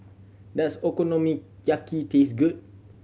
does Okonomiyaki taste good